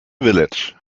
village